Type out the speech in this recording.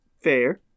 Fair